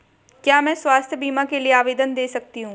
क्या मैं स्वास्थ्य बीमा के लिए आवेदन दे सकती हूँ?